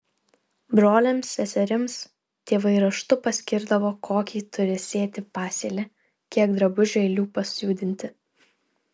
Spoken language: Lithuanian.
broliams seserims tėvai raštu paskirdavo kokį turi sėti pasėlį kiek drabužių eilių pasiūdinti